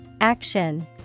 Action